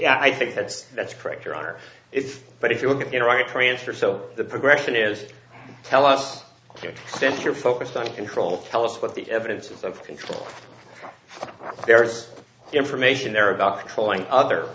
yeah i think that's that's correct your honor is but if you look at the right transfer so the progression is tell us since you're focused on control tell us what the evidence of control there's information there about controlling other